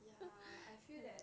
ya I feel that